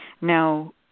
Now